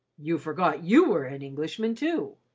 you forgot you were an englishman, too.